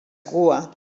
cua